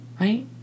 Right